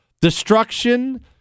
Destruction